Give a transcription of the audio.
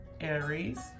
Aries